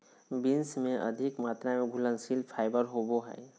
beans में अधिक मात्रा में घुलनशील फाइबर होवो हइ